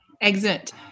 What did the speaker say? Exit